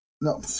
No